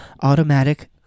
automatic